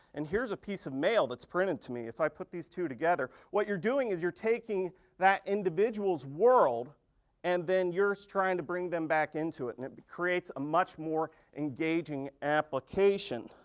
and here's a piece of mail that's printed to me, if i put these two together. what you're doing is your taking that individual's world and then you're trying to bring them back into it. and it creates a much more engaging application.